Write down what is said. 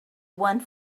one